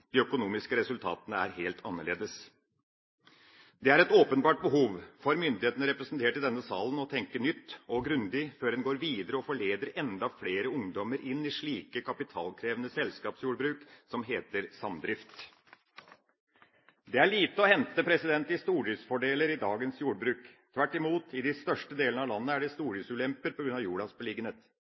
de økonomiske resultatene er helt annerledes. Det er et åpenbart behov for myndighetene, representert i denne salen, å tenke nytt og grundig før en går videre og forleder enda flere ungdommer inn i slike kapitalkrevende selskapsjordbruk som heter samdrift. Det er lite å hente av stordriftsfordeler i dagens jordbruk. Tvert imot, i de største delene av landet er det stordriftsulemper på grunn av jordas beliggenhet.